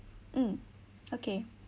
mm okay